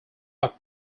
are